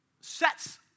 sets